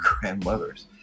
grandmothers